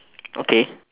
okay